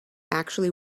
actually